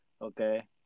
okay